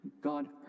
God